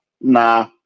nah